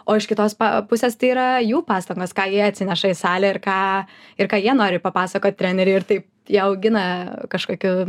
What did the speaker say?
o iš kitos pusės tai yra jų pastangos ką jie atsineša į salę ir ką ir ką jie nori papasakot treneriui ir taip jie augina kažkokiu